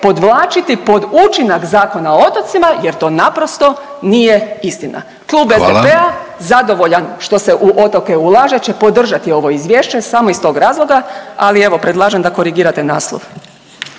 podvlačiti pod učinak Zakona o otocima jer to naprosto nije istina. …/Upadica Vidović: Hvala./… Klub SDP-a zadovoljan što se u otoke će podržati ovo izvješće samo iz tog razloga, ali evo predlažem da korigirate naslov.